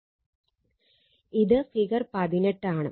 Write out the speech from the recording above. ഇത് ഫിഗർ 18 ആണ്